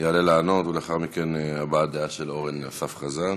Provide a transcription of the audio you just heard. יעלה לענות, ולאחר מכן, הבעת דעה של אורן אסף חזן.